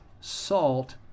salt